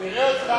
נראה אותך,